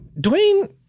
Dwayne